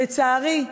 לצערי,